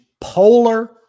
polar